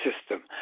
system